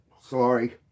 Sorry